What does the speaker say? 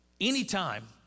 anytime